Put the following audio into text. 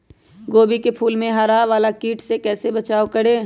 गोभी के फूल मे हरा वाला कीट से कैसे बचाब करें?